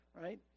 right